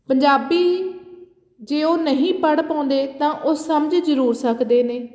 ਪੰਜਾਬੀ ਜੇ ਉਹ ਨਹੀਂ ਪੜ੍ਹ ਪਾਉਂਦੇ ਤਾਂ ਉਹ ਸਮਝ ਜ਼ਰੂਰ ਸਕਦੇ ਨੇ